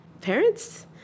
parents